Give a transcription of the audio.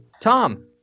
Tom